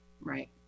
right